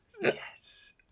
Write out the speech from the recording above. Yes